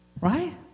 Right